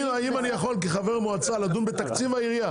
אם אני יכול כחבר מועצה לדון בתקציב העירייה